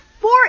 four